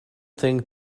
thing